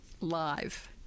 live